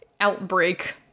outbreak